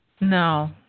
No